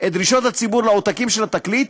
את דרישות הציבור לעותקים של התקליט,